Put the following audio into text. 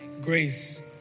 grace